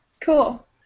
Cool